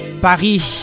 Paris